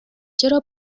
چرا